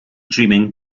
dreaming